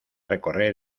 recorrer